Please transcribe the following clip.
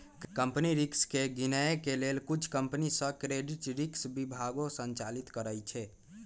credit risk के गिनए के लेल कुछ कंपनि सऽ क्रेडिट रिस्क विभागो संचालित करइ छै